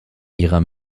ihrer